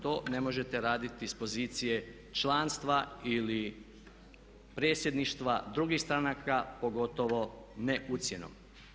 To ne možete raditi s pozicije članstva ili predsjedništva, drugih stranaka pogotovo ne ucjenom.